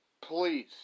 please